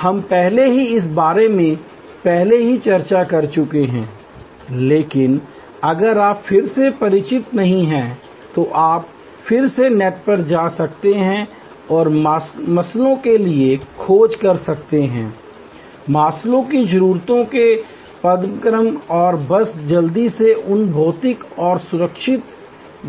हम पहले ही इस बारे में पहले ही चर्चा कर चुके हैं लेकिन अगर आप फिर से परिचित नहीं हैं तो आप फिर से नेट पर जा सकते हैं और मास्लो के लिए खोज कर सकते हैं मास्लो की जरूरतों के पदानुक्रम और बस जल्दी से उन भौतिक और सुरक्षा